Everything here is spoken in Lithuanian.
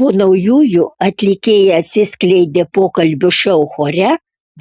po naujųjų atlikėja atsiskleidė pokalbių šou chore